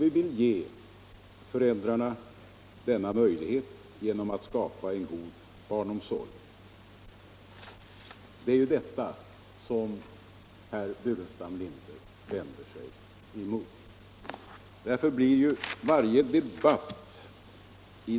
Vi vill ge föräldrarna denna möjlighet genom att skapa en god barnomsorg. Det är ju detta som herr Burenstam Linder vänder sig emot.